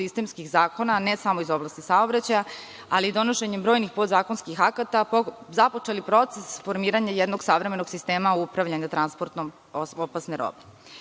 sistemskih zakona, ne samo iz oblasti saobraćaja, ali i donošenjem brojnih podzakonskih akata započeli proces formiranja jednog savremenog sistema u upravljanju transportom opasne robe.